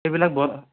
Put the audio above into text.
এইবিলাক বন